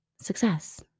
success